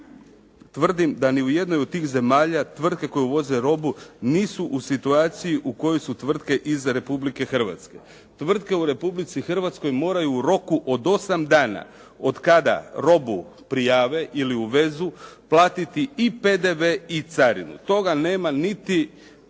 tvrdim da ni u jednoj od tih zemalja tvrtke koje uvoze robu nisu u situaciji u kojoj su tvrtke iz Republike Hrvatske. Tvrtke u Republici Hrvatskoj moraju u roku od 8 dana od kada robu prijave ili uvezu platiti i PDV i carinu. Toga nema niti